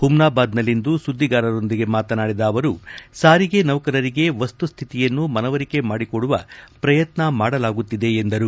ಹುಮ್ನಾಬಾದ್ನಲ್ಲಿಂದು ಸುದ್ದಿಗಾರರೊಂದಿಗೆ ಮಾತನಾಡಿದ ಅವರು ಸಾರಿಗೆ ನೌಕರರಿಗೆ ವಸ್ತುಸ್ನಿತಿಯನ್ನು ಮನವರಿಕೆ ಮಾಡಿಕೊಡುವ ಪ್ರಯತ್ನ ಮಾಡಲಾಗುತ್ತಿದೆ ಎಂದರು